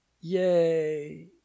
Yay